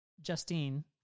Justine